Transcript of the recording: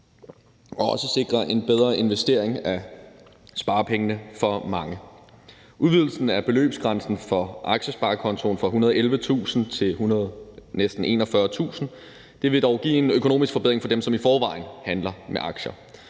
også sikre en bedre investering af sparepengene for mange. Udvidelsen af beløbsgrænsen for aktiesparekontoen fra cirka 111.000 kr. til knap 141.000 kr. vil give en økonomisk forbedring for dem, som i forvejen handler med aktier.